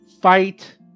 fight